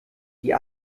die